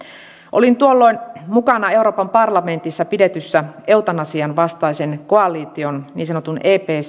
olin tuolloin mukana euroopan parlamentissa pidetyssä eutanasian vastaisen koalition niin sanotun epc